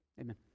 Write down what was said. Amen